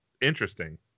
interesting